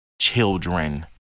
children